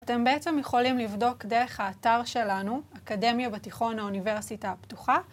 אתם בעצם יכולים לבדוק דרך האתר שלנו, אקדמיה בתיכון האוניברסיטה הפתוחה.